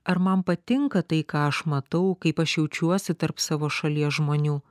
ar man patinka tai ką aš matau kaip aš jaučiuosi tarp savo šalies žmonių